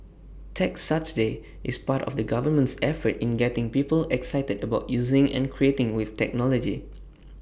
Tech Saturday is part of the government's efforts in getting people excited about using and creating with technology